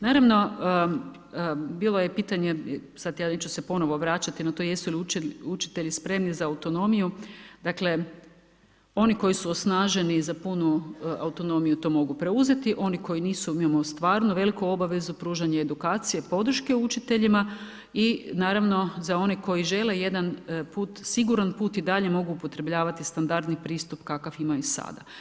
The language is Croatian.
Naravno, bilo je pitanje, sad ja neću se ponovno vraćati na to jesu li učitelji spremni za autonomiju, dakle oni koji su osnaženi za punu autonomiju to mogu preuzeti, oni koji nisu, mi imamo stvarno veliku obavezu pružanja edukacije podrške učiteljima i naravno za one koji žele jedan put, siguran put i dalje mogu upotrebljavati standardni pristup kakav imaju sada.